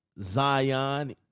Zion